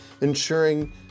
ensuring